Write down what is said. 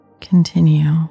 continue